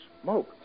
smoke